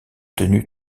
tenue